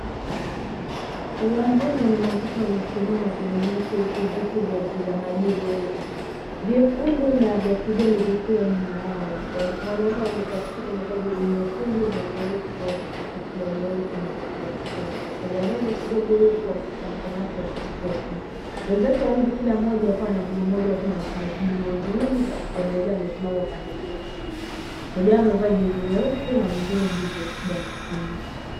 Uwanjani watoto wanasimama kwenye nyasi huku viti vya utazamaji vyekundu na vya kijani vikiwa nyuma yao. Mwanaume aliye katikati amevaa jezi nyekundu na nyeupe na kaptura nyeusi na viatu vya michezo. Anatembea mbele kidogo huku wakishika mkono wake wa kushoto. Wenzake wawili kila mmoja akiwa na mguu moja wote wanatumia vigongo viwili vya kutembelea wamesimama pande zote mbili. Mmoja wao amevaa jezi nyeusi na mwingine jezi ya kijani kibichi.